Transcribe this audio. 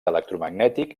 electromagnètic